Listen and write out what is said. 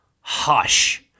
hush